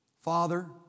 Father